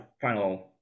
final